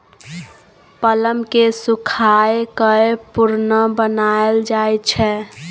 plum केँ सुखाए कए प्रुन बनाएल जाइ छै